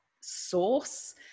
source